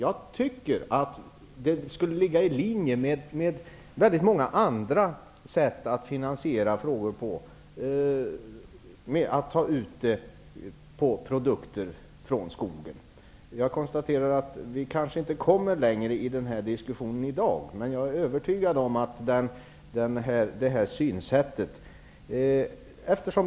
Att ta ut en avgift på produkter från skogen skulle ligga i linje med hur man finansierar väldigt många andra frågor. Jag konstaterar att vi kanske inte kommer längre i den här diskussionen i dag, men jag är övertygad om att det här synsättet kommer att diskuteras.